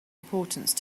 importance